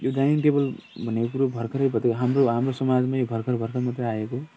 यो dining table भनेको कुरो भर्खरै भ धै हाम्रो हाम्रो समाजमै यो भर्खर भर्खर मात्रै आएको हो